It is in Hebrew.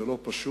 זה לא פשוט,